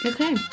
Okay